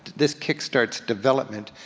this kickstarts development,